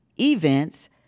events